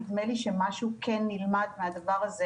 אבל נדמה לי שמשהו כן נלמד ממנו בעובדה